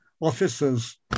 officers